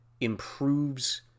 improves